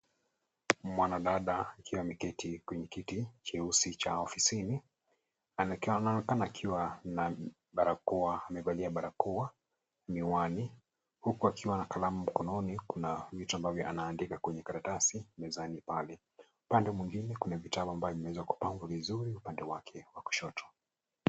Mwanadada akiwa ameketi kwenye kiti cheusi cha ofisini anaonekana akiwa na barakoa, amevalia barakoa, miwani huku akiwa na kalamu mikononi kuna vitu ambavyo anaandika kwenye karatasi mezani pale. Upande mwingine kuna vitabu ambavyo vimeweza kupangwa vizuri upande wake wa kushoto.